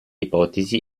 ipotesi